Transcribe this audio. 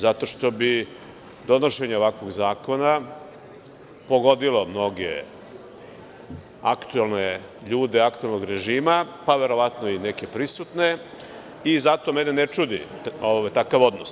Zato što bi donošenje ovakvog zakona pogodilo mnoge aktuelne ljude aktuelnog režima, pa verovatno i neke prisutne i zato mene ne čudi takav odnos.